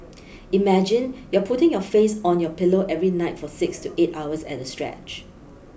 imagine you're putting your face on your pillow every night for six to eight hours at a stretch